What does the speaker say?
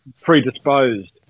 predisposed